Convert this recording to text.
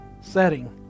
setting